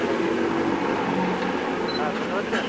hello হ্যাঁ শুনতে পাচ্ছেন